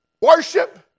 worship